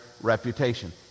reputation